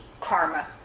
karma